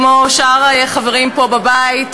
כמו שאר חברים פה בבית,